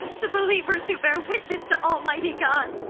the believers who bear witness to almighty god.